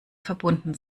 verbunden